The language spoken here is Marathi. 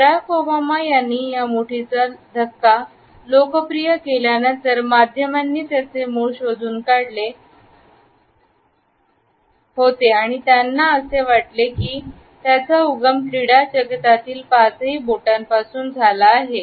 बराक ओबामा यांनी या मुठीचा धक्का लोकप्रिय केल्यानंतर माध्यमांनी त्याचे मूळ शोधून काढले होते आणि त्याला असे वाटते की त्याची उगम क्रीडा जगातील पाचही बोटान पासून झाली आहे